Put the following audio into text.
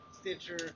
Stitcher